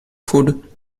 food